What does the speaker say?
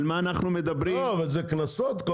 לא, אבל זה קנסות.